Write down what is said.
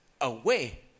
away